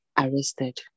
arrested